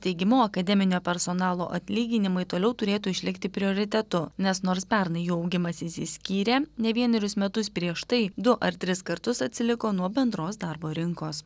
teigimu akademinio personalo atlyginimai toliau turėtų išlikti prioritetu nes nors pernai jų augimas išsiskyrė ne vienerius metus prieš tai du ar tris kartus atsiliko nuo bendros darbo rinkos